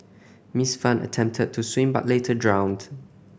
Miss Fan attempted to swim but later drowned